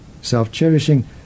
Self-cherishing